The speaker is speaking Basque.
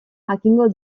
jakingo